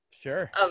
Sure